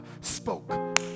spoke